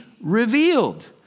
revealed